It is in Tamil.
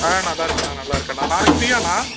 ஆ நல்லாருக்கண்ணா நல்லாருக்கண்ணா நாளைக்கு ஃப்ரீயாண்ணா